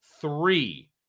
three